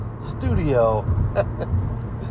studio